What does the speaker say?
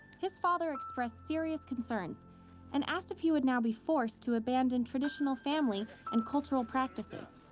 his father expressed serious concerns and asked if he would now be forced to abandon traditional family and cultural practices.